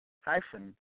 hyphen